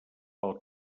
pel